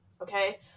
Okay